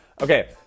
Okay